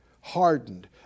hardened